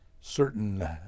certain